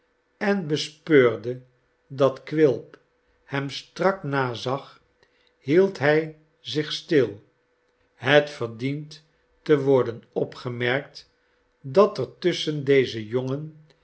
en bespeurde dat quilp hem strak nazag hield hij zich stil het verdient te worden opgemerkt dat er tusschen dezen jongen